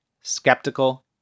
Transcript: skeptical